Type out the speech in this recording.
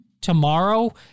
tomorrow